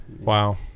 Wow